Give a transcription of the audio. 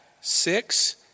six